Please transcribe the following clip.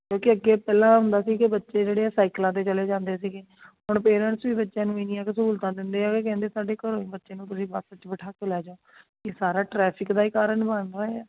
ਕਿਉਂਕਿ ਅੱਗੇ ਪਹਿਲਾਂ ਹੁੰਦਾ ਸੀ ਕਿ ਬੱਚੇ ਜਿਹੜੇ ਹੈ ਸਾਈਕਲਾਂ 'ਤੇ ਚਲੇ ਜਾਂਦੇ ਸੀਗੇ ਹੁਣ ਪੇਰੈਂਟਸ ਵੀ ਬੱਚਿਆਂ ਨੂੰ ਇੰਨੀਆਂ ਕੁ ਸਹੂਲਤਾਂ ਦਿੰਦੇ ਆ ਕਿ ਕਹਿੰਦੇ ਸਾਡੇ ਘਰੋਂ ਹੀ ਬੱਚੇ ਨੂੰ ਤੁਸੀਂ ਬੱਸ 'ਚ ਬਿਠਾ ਕੇ ਲੈ ਜਾਓ ਇਹ ਸਾਰਾ ਟਰੈਫਿਕ ਦਾ ਹੀ ਕਾਰਨ ਬਣ ਰਿਹਾ